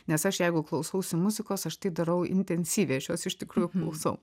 nes aš jeigu klausausi muzikos aš tai darau intensyviai aš jos iš tikrųjų klausau